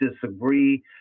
disagree